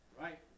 Right